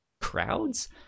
crowds